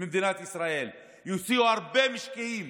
ממדינת ישראל, יוציאו הרבה משקיעים